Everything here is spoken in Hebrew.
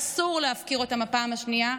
אסור להפקיר אותם בפעם השנייה.